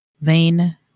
Vain